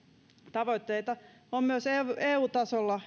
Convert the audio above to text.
tavoitteita on myös eu tasolla